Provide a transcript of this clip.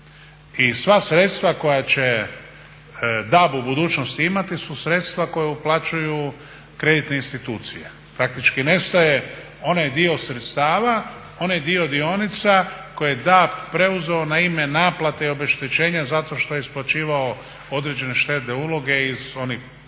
i sva sredstva koja će DAB u budućnosti imati su sredstva koja uplaćuju kreditne institucije. Nestaje onaj dio sredstava onaj dio dionica koje je DAB preuzeo na ime naplate i obeštećenja zato što je isplaćivao određene štedne uloge iz onih velikih